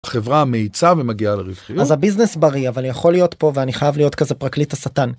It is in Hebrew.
החברה מאיצה ומגיעה לרווחיות. אז הביזנס בריא אבל יכול להיות פה, ואני חייב להיות כזה פרקליט השטן,